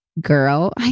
girl